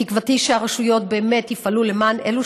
תקוותי היא שהרשויות באמת יפעלו למען אלו